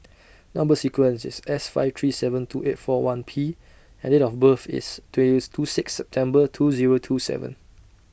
Number sequence IS S five three seven two eight four one P and Date of birth IS twentieth two six September two Zero two seven